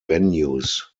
venues